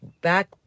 Back